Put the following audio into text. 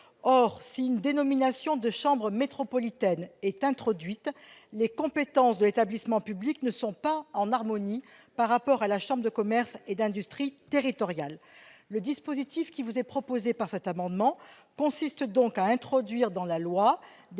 une dénomination de chambre métropolitaine sans que les compétences de l'établissement public en soient modifiées par rapport à la chambre de commerce et d'industrie territoriale. Le dispositif proposé par cet amendement consiste à introduire dans la loi des